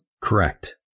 Correct